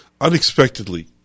unexpectedly